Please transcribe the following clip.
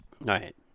Right